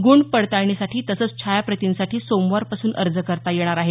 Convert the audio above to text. गुणपडताळणीसाठी तसंच छायाप्रतीसाठी सोमवारपासून अर्ज करता येणार आहेत